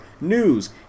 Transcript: news